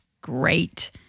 great